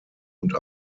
und